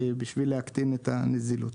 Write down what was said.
בשביל להקטין את הנזילות.